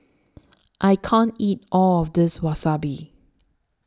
I can't eat All of This Wasabi